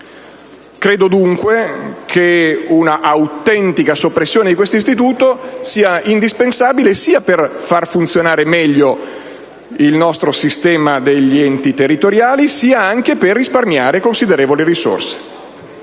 Credo dunque che un'autentica soppressione di tale istituto sia indispensabile sia per fare funzionare meglio il nostro sistema degli enti territoriali sia anche per risparmiare considerevoli risorse.